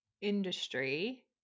industry